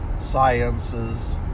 sciences